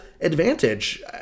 advantage